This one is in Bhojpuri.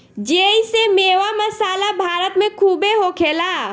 जेइसे मेवा, मसाला भारत मे खूबे होखेला